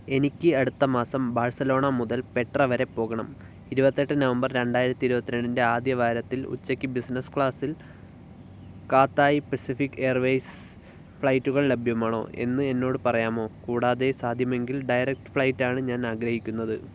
എനിക്ക് അടുത്ത മാസം ബാഴ്സലോണ മുതൽ പെട്ര വരെ പോകണം ഇരുപത്തെട്ട് നവംബർ രണ്ടായിരത്തി ഇരുപത്തി രണ്ടിന്റെ ആദ്യ വാരത്തിൽ ഉച്ചക്ക് ബിസിനസ്സ് ക്ലാസിൽ കാത്തായ് പെസിഫിക് എയർവേയ്സ് ഫ്ലൈറ്റുകൾ ലഭ്യമാണോ എന്ന് എന്നോട് പറയാമോ കൂടാതെ സാധ്യമെങ്കിൽ ഡയറക്റ്റ് ഫ്ലൈറ്റ് ആണ് ഞാൻ ആഗ്രഹിക്കുന്നത്